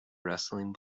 wrestling